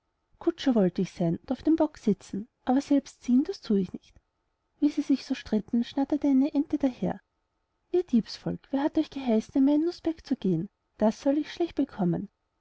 kutscher will ich wohl seyn und auf dem bock sitzen aber selbst ziehen das thu ich nicht wie sie sich so stritten schnatterte eine ente daher ihr diebsvolk wer hat euch geheißen in meinen nußberg gehen das soll euch schlecht bekommen